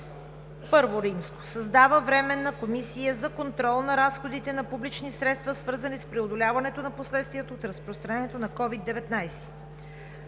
РЕШИ: I. Създава Временна комисия за контрол на разходите на публични средства, свързани с преодоляването на последствията от разпространението на Ковид-19.